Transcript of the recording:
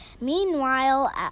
Meanwhile